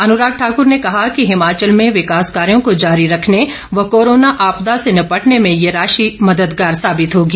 अन्राग ठाकर ने कहा कि हिमाचल में विकास कार्यों को जारी रखने व कोरोना आपदा से निपटने में ये राशि मददगार साबित होगी